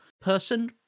person